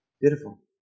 Beautiful